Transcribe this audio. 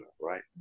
right